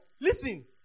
listen